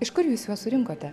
iš kur jūs juos surinkote